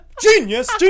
genius